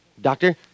Doctor